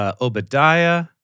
Obadiah